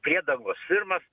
priedangos firmas